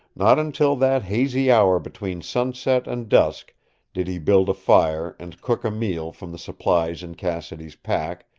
not until that hazy hour between sunset and dusk did he build a fire and cook a meal from the supplies in cassidy's pack,